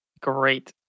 Great